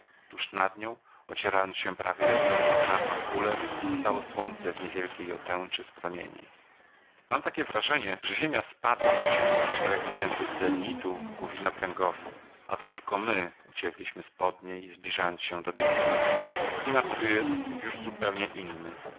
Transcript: tuż nad nią ocierając się prawie o jej ogromną czarną kulę stało słońce w niewielkiej otęczy z promieni mam takie wrażenie że ziemia spadła w przeciągu tych czterech miesięcy z zenitu ku widnokręgowi a to tylko my uciekliśmy z pod niej zbliżając się do bieguna klimat tu jest już zupełnie inny